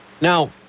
Now